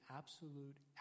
absolute